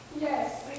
Yes